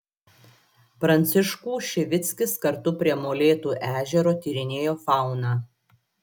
pranciškų šivickis kartu prie molėtų ežero tyrinėjo fauną